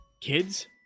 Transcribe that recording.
Kids